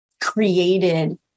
created